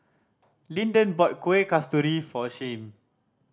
Lyndon brought Kueh Kasturi for Shyheim